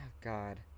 God